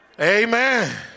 Amen